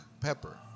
pepper